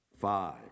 Five